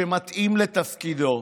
שמתאים לתפקידו: